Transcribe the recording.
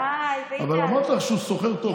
די, ביטן, אבל אמרתי לך שהוא סוחר טוב.